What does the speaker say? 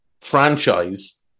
franchise